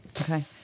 okay